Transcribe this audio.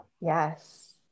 yes